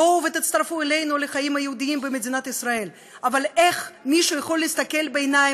אלא מלחמה אידיאולוגית טהורה, לצערי הרב,